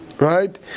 right